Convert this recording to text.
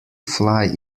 fly